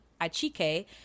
Achike